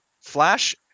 Flash